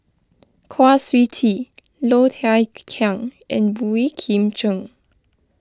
Kwa Siew Tee Low Thia Khiang and Boey Kim Cheng